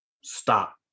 stop